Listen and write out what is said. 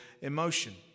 emotion